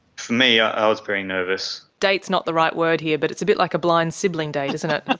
for me i was very nervous. date is not the right word here but it's a bit like a blind sibling date, isn't it?